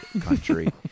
country